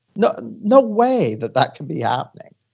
no no way that that can be happening.